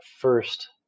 first